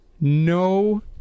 no